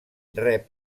rep